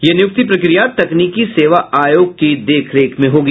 ये नियुक्ति प्रक्रिया तकनीकी सेवा आयोग की देखरेख में होगी